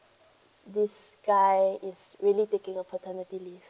this guy is really taking a paternity leave